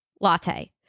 latte